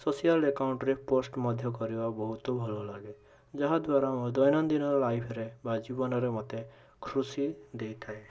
social ଏକାଉଣ୍ଟରେ post ମଧ୍ୟ କରିବା ବହୁତ ଭଲଲାଗେ ଯାହାଦ୍ଵାରା ମୋ ଦୈନନ୍ଦିନ ଲାଇଫ୍ରେ ବା ଜୀବନରେ ମୋତେ ଖୁସି ଦେଇଥାଏ